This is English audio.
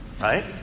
Right